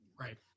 Right